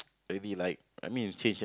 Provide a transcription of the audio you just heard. maybe like I mean change ah